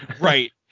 right